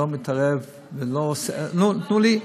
אני לא מתערב, ולא עושה, מה אתה עושה, בית-משפט?